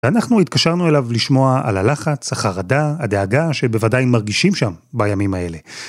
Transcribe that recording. ואנחנו התקשרנו אליו לשמוע על הלחץ, החרדה, הדאגה שבוודאי מרגישים שם בימים האלה.